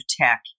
tech